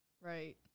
Right